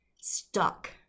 stuck